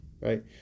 right